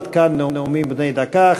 עד כאן נאומים בני דקה.